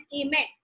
amen